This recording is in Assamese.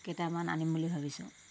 কেইটামান আনিম বুলি ভাবিছোঁ